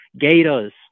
Gators